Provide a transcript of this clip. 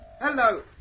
Hello